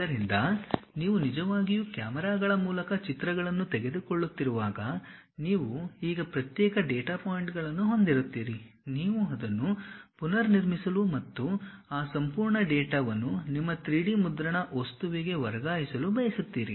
ಆದ್ದರಿಂದ ನೀವು ನಿಜವಾಗಿಯೂ ಕ್ಯಾಮೆರಾಗಳ ಮೂಲಕ ಚಿತ್ರಗಳನ್ನು ತೆಗೆದುಕೊಳ್ಳುತ್ತಿರುವಾಗ ನೀವು ಈಗ ಪ್ರತ್ಯೇಕ ಡೇಟಾ ಪಾಯಿಂಟ್ಗಳನ್ನು ಹೊಂದಿರುತ್ತೀರಿ ನೀವು ಅದನ್ನು ಪುನರ್ನಿರ್ಮಿಸಲು ಮತ್ತು ಆ ಸಂಪೂರ್ಣ ಡೇಟಾವನ್ನು ನಿಮ್ಮ 3D ಮುದ್ರಣ ವಸ್ತುವಿಗೆ ವರ್ಗಾಯಿಸಲು ಬಯಸುತ್ತೀರಿ